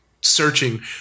searching